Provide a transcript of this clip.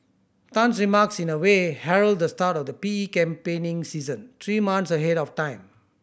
Tan's remarks in a way herald the start of the P E campaigning season three months ahead of time